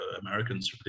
Americans